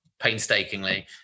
painstakingly